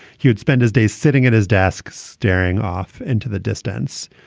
he would spend his days sitting at his desk, staring off into the distance.